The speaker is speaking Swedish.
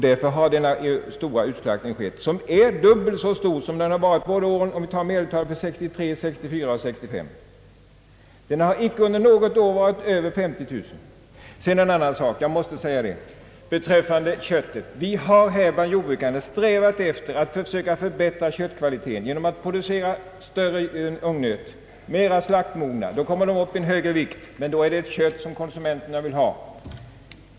Därför har vi fått denna utslaktning som är dubbelt så stor som utslaktningen tidigare år — medeltalen för 1963, 1964 och 1965 har icke överstigit 50 000. På jordbrukarhåll har vi strävat att förbättra köttets kvalitet genom att producera större och mera slaktmogna ungnöt. När djuren kommer upp i högre vikt får man ett kött som konsumenterna vill ha.